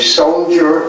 soldier